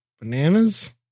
bananas